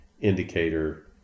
indicator